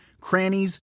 crannies